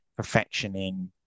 perfectioning